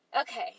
okay